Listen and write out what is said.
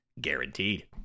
Guaranteed